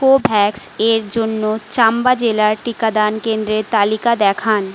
Covax এর জন্য চাম্বা জেলার টিকাদান কেন্দ্রের তালিকা দেখান